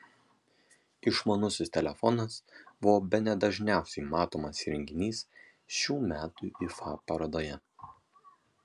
išmanusis telefonas buvo bene dažniausiai matomas įrenginys šių metų ifa parodoje